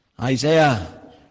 Isaiah